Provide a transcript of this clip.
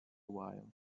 while